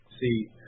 See